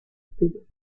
pille